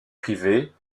privée